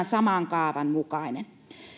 saman kaavan mukainen